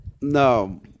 no